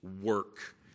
work